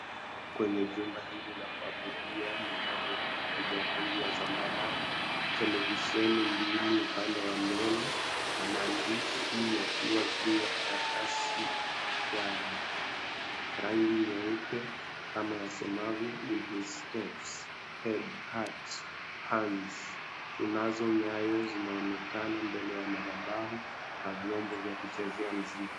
Kwenye jumba hili la kuabudia mna viti vya rangi ya zambarau televisheni mbili sehemu ya mbele, maandishi yakiwa juu ya karatasi ya rangi nyeupe kama yasemavyo, in his Steps, Head, Heart, kunazo nyayo zinazoonekana mbele ya mathabahu na vyombo vya kuchezea mziki.